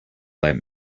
let